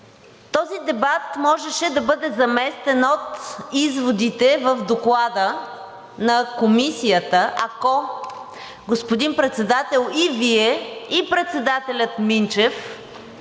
Този дебат можеше да бъде заместен от изводите в доклада на Комисията, ако, господин Председател, и Вие, и председателят Минчев